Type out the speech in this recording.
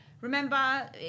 remember